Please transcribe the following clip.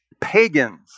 pagans